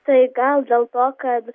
tai gal dėl to kad